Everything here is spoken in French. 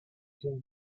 donc